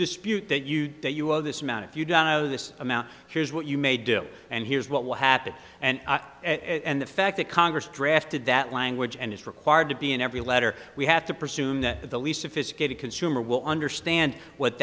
dispute that you that you owe this amount if you don't owe this amount here's what you may do and here's what will happen and the fact that congress drafted that language and is required to be in every letter we have to pursue not the least sophisticated consumer will understand what